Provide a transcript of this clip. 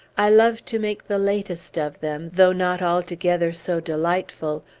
i love to make the latest of them, though not altogether so delightful,